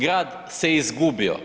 Grad se izgubio.